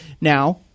Now